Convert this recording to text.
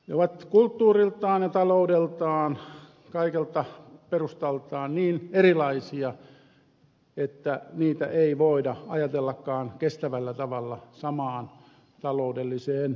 ne ovat kulttuuriltaan ja taloudeltaan kaikelta perustaltaan niin erilaisia että niitä ei voida ajatellakaan kestävällä tavalla samaan taloudelliseen liittoon